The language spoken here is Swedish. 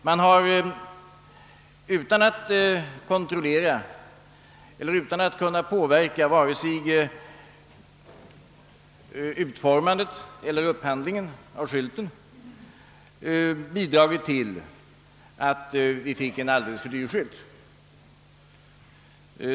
Ämbetsverket har inte kontrollerat eller sökt påverka vare sig utformandet eller upphandlingen av skylten, vilket har bidragit till att den blev alldeles för dyr.